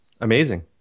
amazing